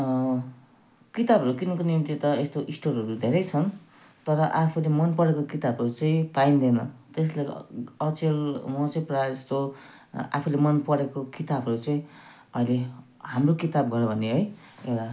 किताबहरू किन्नको निम्ति त यस्तो स्टोरहरू धेरै छन् तर आफूले मनपरेको किताबहरू चाहिँ पाइँदैन त्यसले गर् अचेल म चाहिँ प्रायःजस्तो आफूले मनपरेको किताबहरू चाहिँ अरे हाम्रो किताब घर भन्ने है एउटा